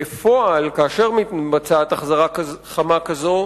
בפועל, כאשר מתבצעת החזרה חמה כזאת,